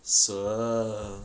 so